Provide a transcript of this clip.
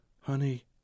Honey